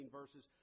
verses